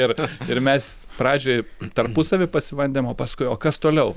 ir ir mes pradžioj tarpusavy pasibandėme o paskui o kas toliau